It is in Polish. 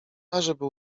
ażeby